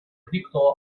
крикнула